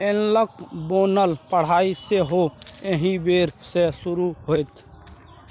एनलॉग बोनक पढ़ाई सेहो एहि बेर सँ शुरू होएत